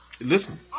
Listen